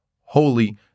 holy